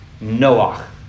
Noah